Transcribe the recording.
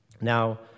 Now